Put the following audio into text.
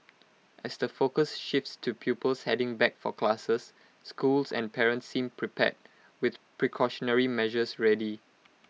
as the focus shifts to pupils heading back for classes schools and parents seem prepared with precautionary measures ready